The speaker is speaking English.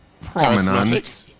prominent